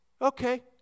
okay